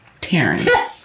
Taryn